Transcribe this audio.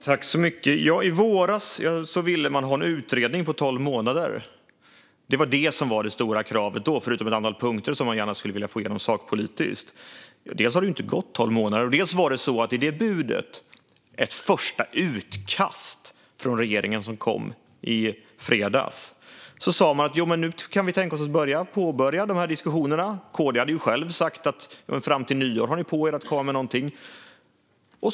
Fru talman! I våras ville man tillsätta en utredning på tolv månader. Det var det stora kravet då, förutom ett antal punkter som man ville få igenom sakpolitiskt. Det har inte gått tolv månader. I ett första utkast som kom från regeringen i fredags sa man att man kan tänka sig att påbörja diskussionerna. KD har själv sagt att det finns tid fram till nyår att komma fram med något.